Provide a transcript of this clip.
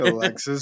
Alexis